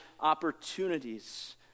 opportunities